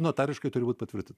notariškai turi būti patvirt